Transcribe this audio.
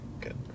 good